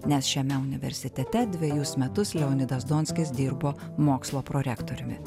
nes šiame universitete dvejus metus leonidas donskis dirbo mokslo prorektoriumi